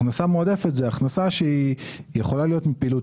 הכנסה מועדפת היא הכנסה שהיא יכולה להיות מפעילות